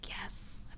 yes